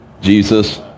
Jesus